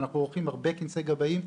ואנחנו עורכים הרבה כנסי גבאים,